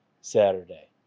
Saturday